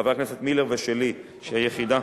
חבר הכנסת מילר ושלי, שהיא היחידה,